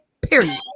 period